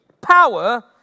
power